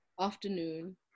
afternoon